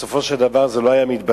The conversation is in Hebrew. בסופו של דבר זה לא היה מתבצע,